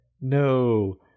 no